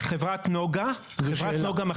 חברת נגה מחליטה.